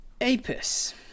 Apis